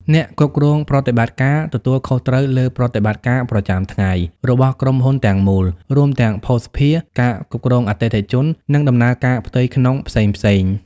អ្នកគ្រប់គ្រងប្រតិបត្តិការ ទទួលខុសត្រូវលើប្រតិបត្តិការប្រចាំថ្ងៃរបស់ក្រុមហ៊ុនទាំងមូល រួមទាំងភស្តុភារ ការគ្រប់គ្រងអតិថិជន និងដំណើរការផ្ទៃក្នុងផ្សេងៗ។